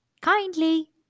kindly